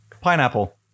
Pineapple